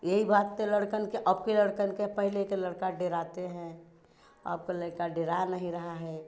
यही बात तो लड़कन के अब के लड़कन के पहले के लड़का डराते हैं अब के लड़के डरा नहीं रहा है